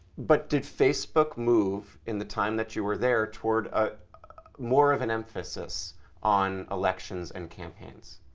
but did facebook move, in the time that you were there, toward a more of an emphasis on elections and campaigns?